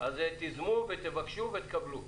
אז תיזמו ותבקשו ותקבלו.